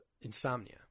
Insomnia